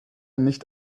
nicht